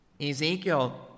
Ezekiel